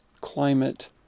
climate